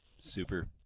super